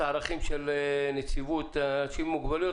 הערכים של נציבות לשוויון לאנשים עם מוגבלויות,